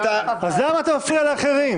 אז למה אתה מפריע לאחרים?